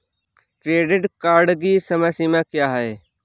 Credit card की समय सीमा क्या है?